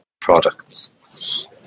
products